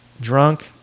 drunk